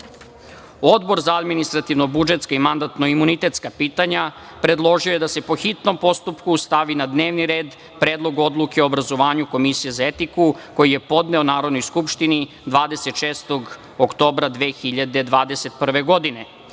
za administrativno-budžetska i mandatno-imunitetska pitanja predložio je da se, po hitnom postupku, stavi na dnevni red Predlog odluke o obrazovanju komisije za etiku, koji je podneo Narodnoj skupštini 26. oktobra 2021.